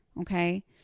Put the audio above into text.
Okay